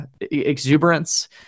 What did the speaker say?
exuberance